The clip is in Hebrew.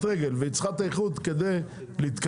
רגל והיא צריכה את האיחוד כדי להתקיים,